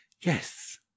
Yes